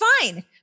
fine